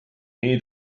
nii